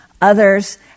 others